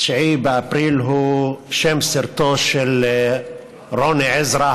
"תשעה באפריל" הוא שם סרטו של רוני עזרא,